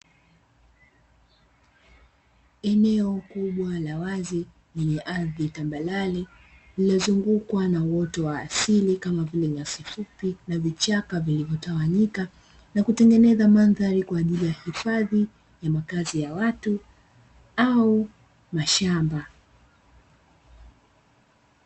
Eneo kubwa la wazi lenye ardhi tambarare lilozungukwa na uoto wa asili kama vile nyasi fupi na vichaka vilivyotawanyika na kutengeneza mandhari kwa ajili ya hifadhi ya makazi ya watu au mashamba.